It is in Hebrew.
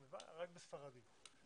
רק בספרדית.